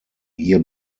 hier